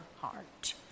heart